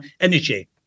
energy